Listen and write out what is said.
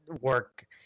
work